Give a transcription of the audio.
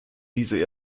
diese